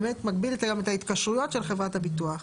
באמת מגביל את ההתקשרויות של חברת הביטוח.